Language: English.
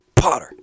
Potter